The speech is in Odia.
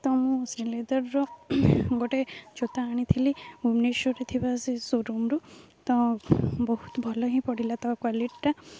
ତ ମୁଁ ଶ୍ରୀଲେଦର୍ର ଗୋଟେ ଜୋତା ଆଣିଥିଲି ଭୁବନେଶ୍ୱରରେ ଥିବା ସେ ସୋ ରୁମ୍ରୁ ତ ବହୁତ ଭଲ ହିଁ ପଡ଼ିଲା ତା କ୍ଵାଲିଟିଟା